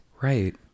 right